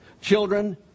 Children